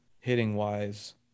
hitting-wise –